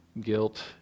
guilt